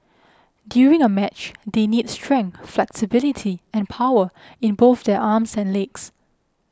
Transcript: during a match they need strength flexibility and power in both their arms and legs